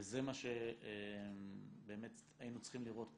וזה מה שבאמת היינו צריכים לראות פה.